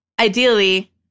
ideally